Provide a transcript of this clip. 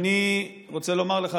ואני רוצה לומר לך,